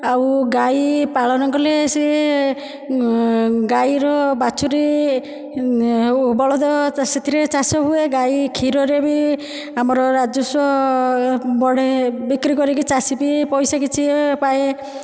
ଆଉ ଗାଈ ପାଳନ କଲେ ସିଏ ଗାଈର ବାଛୁରୀ ଆଉ ବଳଦ ସେଥିରେ ଚାଷ ହୁଏ ଗାଈ କ୍ଷୀରରେ ବି ଆମର ରାଜସ୍ୱ ବଢ଼େ ବିକ୍ରି କରିକି ଚାଷୀ ବି ପଇସା କିଛି ପାଏ